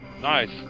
Nice